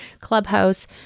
Clubhouse